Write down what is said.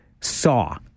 saw